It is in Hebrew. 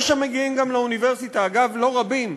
יש המגיעים גם לאוניברסיטה, אגב, לא רבים.